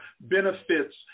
benefits